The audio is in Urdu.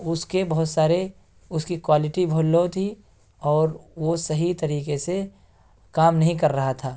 اس کے بہت سارے اس کی کوالٹی بہت لو تھی اور وہ صحیح طریقے سے کام نہیں کر رہا تھا